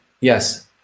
Yes